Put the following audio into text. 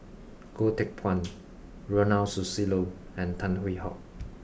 Goh Teck Phuan Ronald Susilo and Tan Hwee Hock